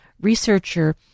researcher